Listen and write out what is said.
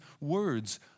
words